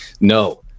No